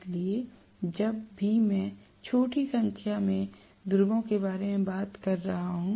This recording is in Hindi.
इसलिए जब भी मैं छोटी संख्या में ध्रुवों के बारे में बात कर रहा हूं